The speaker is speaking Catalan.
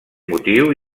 motiu